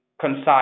concise